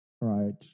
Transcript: right